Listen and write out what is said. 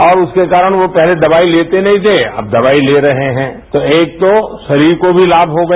अब उसके कारण पहले वो दवाईं लेते नहीं थे अब दवाई ले रहे हैं तो एक तो शरीर को भी लाभ हो गया